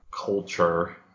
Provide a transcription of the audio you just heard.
culture